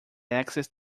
access